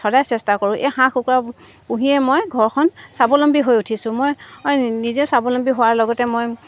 সদায় চেষ্টা কৰোঁ এই হাঁহ কুকুৰা পুহিয়ে মই ঘৰখন স্বাৱলম্বী হৈ উঠিছোঁ মই নিজে স্বাৱলম্বী হোৱাৰ লগতে মই